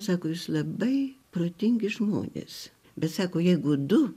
sako jūs labai protingi žmonės bet sako jeigu du